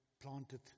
planted